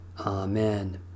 Amen